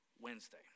Wednesday